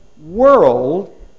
world